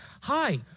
Hi